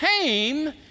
came